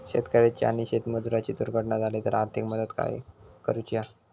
शेतकऱ्याची आणि शेतमजुराची दुर्घटना झाली तर आर्थिक मदत काय करूची हा?